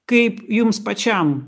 kaip jums pačiam